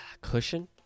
Cushion